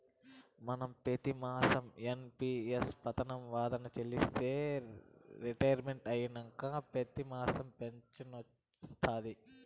మనం పెతిమాసం ఎన్.పి.ఎస్ పదకం వాయిదా చెల్లిస్తే రిటైర్మెంట్ అయినంక పెతిమాసం ఫించనొస్తాది